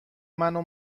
منو